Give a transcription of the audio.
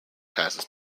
passes